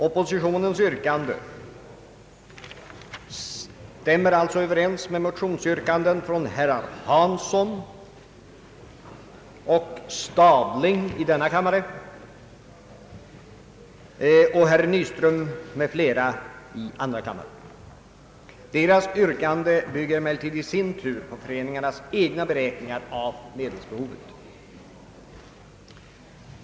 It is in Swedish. Oppositionens yrkande stämmer alltså överens med motionsyrkanden från herrar Hansson och Stadling i den här kammaren och herr Nyström m.fl. i andra kammaren. Deras yrkande bygger emellertid i sin tur på föreningarnas egna beräkningar av medelsbehovet.